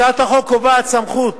הצעת החוק קובעת סמכות